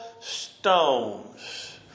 stones